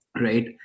right